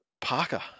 Parker